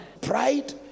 Pride